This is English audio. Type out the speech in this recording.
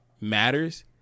matters